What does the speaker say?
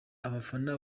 abafana